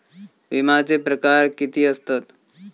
विमाचे प्रकार किती असतत?